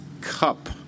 cup